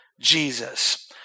Jesus